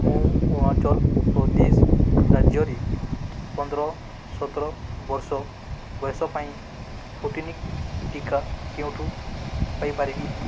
ମୁଁ ଅରୁଣାଞ୍ଚଳପ୍ରଦେଶ ରାଜ୍ୟରେ ପନ୍ଦର ସତର ବର୍ଷ ବୟସ ପାଇଁ ସ୍ପୁଟନିକ୍ ଟିକା କେଉଁଠୁ ପାଇ ପାରିବି